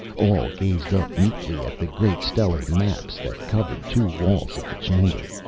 all gazed up mutely at the great stellar maps that covered two walls of the chamber.